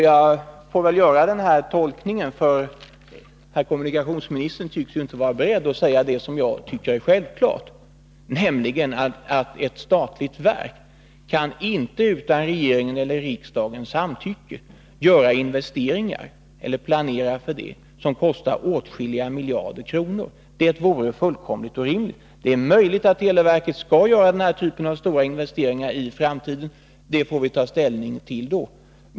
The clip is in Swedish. Jag får väl göra den här tolkningen, för herr kommunikationsministern tycks ju inte vara beredd att säga det som jag tycker är självklart, nämligen att ett statligt verk inte utan regeringens eller riksdagens samtycke kan göra investeringar — eller planera för investeringar — som kostar åtskilliga miljarder kronor. Det vore fullkomligt orimligt. Det är möjligt att televerket skall göra den här typen av stora investeringar i framtiden; det får vi ta ställning till då.